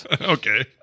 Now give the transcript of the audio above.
okay